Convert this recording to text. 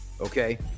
okay